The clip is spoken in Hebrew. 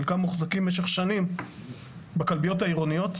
חלקם מוחזקים במשך שנים בכלביות העירוניות,